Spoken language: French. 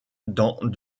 dans